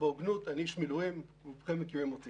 איש צוות אוויר מבצע בממוצע 21 ימים.